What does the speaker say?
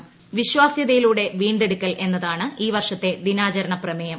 വിശ്വാസ്യതയിലൂടെ വീണ്ടെടുക്കൽ എന്നതാണ് ഈ വർഷത്തെ ദിനാചരണ പ്രമേയം